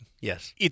Yes